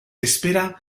espera